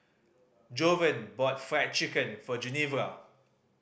Jovan bought Fried Chicken for Genevra